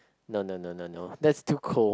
no no no no no that's too cold